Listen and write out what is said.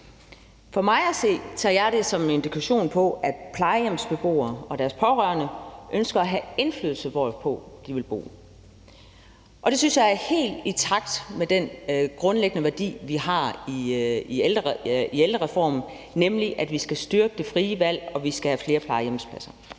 Jeg tager det som en indikation på, at plejehjemsbeboere og deres pårørende ønsker at have indflydelse på, hvor de vil bo, og det synes jeg er helt i takt med den grundlæggende værdi, vi har i ældrereformen, nemlig at vi skal styrke det frie valg, og at vi skal have flere plejehjemspladser.